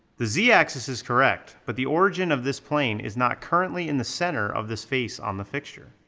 the z axis is correct, but the origin of this plane is not currently in the center of this face on the fixture.